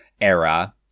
era